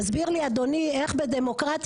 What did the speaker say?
יסביר לי אדוני איך בדמוקרטיה,